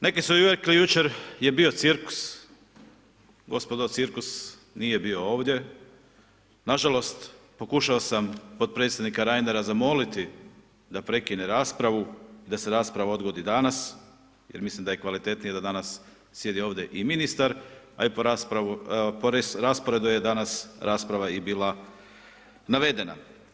Neki su i rekli, jučer je bio cirkus, gospodo, cirkus nije bio ovdje, nažalost pokušao sam potpredsjednika Reinera zamoliti da prekine raspravu, da se rasprava odgodi danas jer mislim da je kvalitetnije da danas sjede ovdje i ministar a i po rasporedu je danas rasprava bila i navedena.